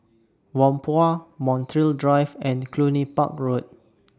Whampoa Montreal Drive and Cluny Park Road